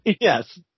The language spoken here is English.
Yes